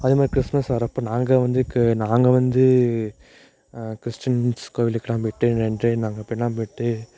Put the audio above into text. அது மாதிரி கிறிஸ்மஸ் வர்றப்ப நாங்கள் வந்து இதுக்கு நாங்கள் வந்து கிறிஸ்டின்ஸ் கோயிலுக்குலாம் போய்ட்டு போய்ட்டு